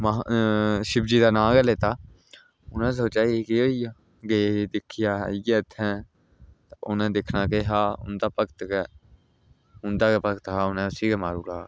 महा शिवजी दा नांऽ गै लैता उ'नें सोचेआ एह् केह् होइया गे दिक्खेआ आइये उ'त्थें ते उ'नें दिक्खना केह् हा उं'दा भगत गै उं'दा गै भगत हा उ'नें उसी गै मारू ओड़ा हा